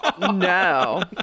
no